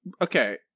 okay